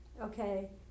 okay